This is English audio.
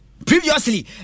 Previously